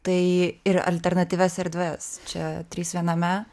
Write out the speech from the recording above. tai ir alternatyvias erdves čia trys viename